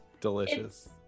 Delicious